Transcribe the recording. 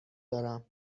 دارم